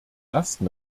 ersten